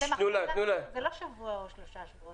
זה לא שבוע או שלושה שבועות.